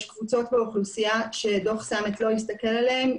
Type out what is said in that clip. יש קבוצות באוכלוסייה שדו"ח סמט לא הסתכל עליהן,